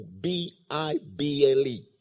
B-I-B-L-E